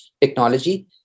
technology